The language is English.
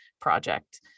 project